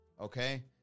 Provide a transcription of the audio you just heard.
Okay